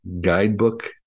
guidebook